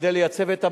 כדי לייצב את המערך.